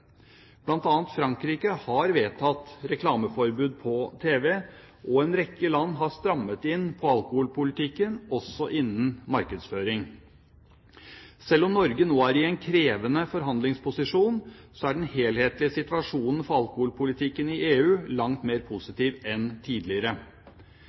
Frankrike har vedtatt reklameforbud på tv, og en rekke land har strammet inn på alkoholpolitikken, også innen markedsføring. Selv om Norge nå er i en krevende forhandlingsposisjon, er den helhetlige situasjonen for alkoholpolitikken i EU langt mer